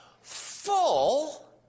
full